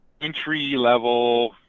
entry-level